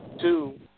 two